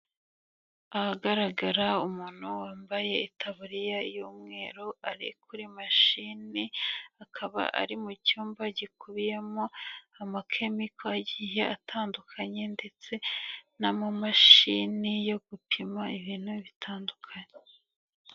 Ahagaragara umuntu wambaye itaburiya y'umweru ari kuri mashini, akaba ari mu cyumba gikubiyemo amakemiko agiye atandukanye ndetse n'amamashini yo gupima ibintu bitandukanye.